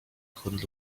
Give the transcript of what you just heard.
couldn’t